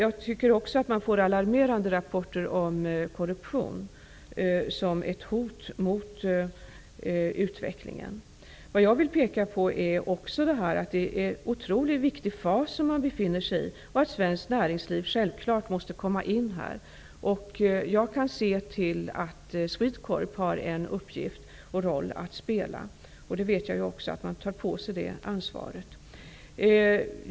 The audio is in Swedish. Vi får också alarmerande rapporter om korruption som ett hot mot utvecklingen. Jag vill också peka på det faktum att vietnameserna befinner sig i en otroligt viktig fas och att svenskt näringsliv självfallet måste finnas i Vietnam. SwedeCorp har en uppgift och en roll att spela. Jag vet också att SwedeCorp tar på sig det ansvaret.